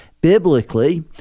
biblically